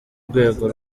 rwego